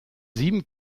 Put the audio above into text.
sieben